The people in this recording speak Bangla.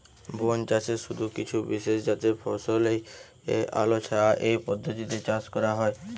বনচাষে শুধু কিছু বিশেষজাতের ফসলই আলোছায়া এই পদ্ধতিতে চাষ করা হয়